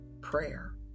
prayer